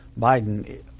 Biden